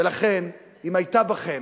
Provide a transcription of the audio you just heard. ולכן, אם היתה בכם